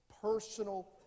personal